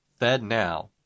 FedNow